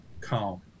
calm